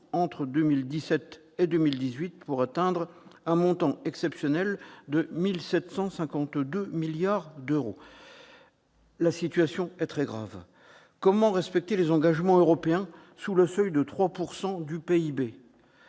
entre 2017 et 2018 pour atteindre un montant exceptionnel de 1 752 milliards d'euros. La situation est très grave. Comment respecter l'engagement européen de maintenir le déficit